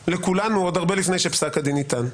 לכולנו עוד הרבה לפני שפסק הדין ניתן.